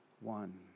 one